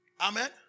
amen